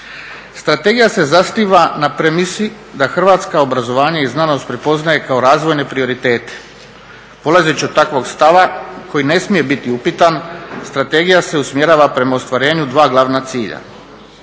Strategija se zasniva na premisi da Hrvatska obrazovanje i znanost prepoznaje kao razvojne prioritete. Polazeći od takvog stava koji ne smije biti upitan, strategija se usmjerava prema ostvarenju dva glavna cilja: